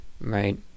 Right